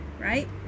Right